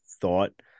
thought